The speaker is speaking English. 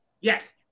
Yes